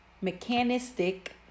mechanistic